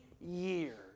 years